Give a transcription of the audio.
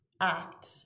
act